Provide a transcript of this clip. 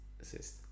assist